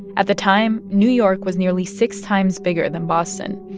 at the time, new york was nearly six times bigger than boston.